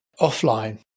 offline